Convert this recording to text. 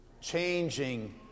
Changing